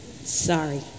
Sorry